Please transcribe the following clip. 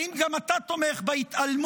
האם גם אתה תומך בהתעלמות